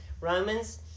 Romans